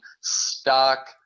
stock